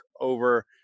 over